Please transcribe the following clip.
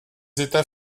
états